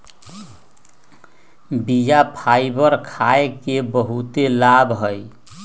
बीया फाइबर खाय के बहुते लाभ हइ